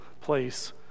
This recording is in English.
place